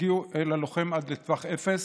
הגיעו אל הלוחם עד לטווח אפס,